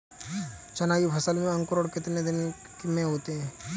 चना की फसल में अंकुरण कितने दिन में आते हैं?